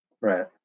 Right